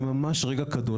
זה ממש רגע קדוש.